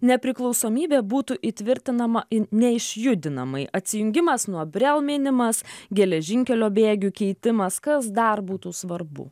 nepriklausomybė būtų įtvirtinama neišjudinamai atsijungimas nuo brel minimas geležinkelio bėgių keitimas kas dar būtų svarbu